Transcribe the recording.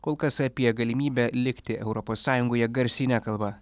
kol kas apie galimybę likti europos sąjungoje garsiai nekalba